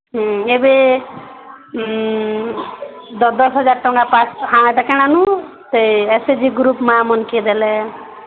ହୁଁ ଏବେ ଦଶ ଦଶ ହଜାର ଟଙ୍କା ପାଇ ସାର୍ଟ୍ କିଣିନୁ ସେ ଏସ୍ ଏଚ୍ ଜି ଗ୍ରୁପ୍ ମାଆମାନଙ୍କେ ଦେଲେ